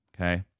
okay